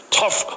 tough